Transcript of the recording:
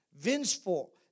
vengeful